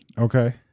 Okay